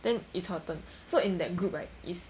then it's her turn so in that group right is